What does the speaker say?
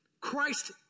Christ